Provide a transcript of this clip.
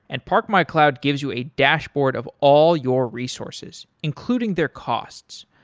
and park my cloud gives you a dashboard of all your resources, including their costs.